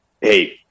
hey